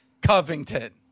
Covington